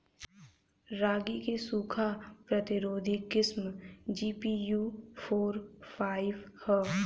रागी क सूखा प्रतिरोधी किस्म जी.पी.यू फोर फाइव ह?